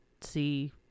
see